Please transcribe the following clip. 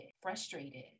frustrated